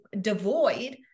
devoid